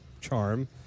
charm